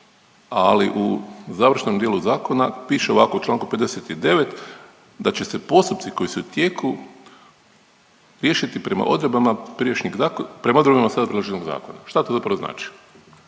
ali u završnom dijelu zakona piše ovako: „U članku 59. da će se postupci koji su u tijeku riješiti prema odredbama …/Govornik se ne razumije./… zakona.“ Šta to zapravo znači?